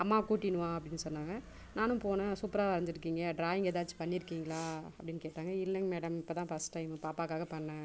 அம்மாவை கூட்டினு வா அப்படின்னு சொன்னாங்க நானும் போனேன் சூப்பராக வரைஞ்சிருக்கீங்க டிராயிங் ஏதாச்சும் பண்ணிருக்கீங்களா அப்படின்னு கேட்டாங்க இல்லைங்க மேடம் இப்போ தான் ஃபர்ஸ்ட் டைம் பார்ப்பாக்காக பண்ணேன்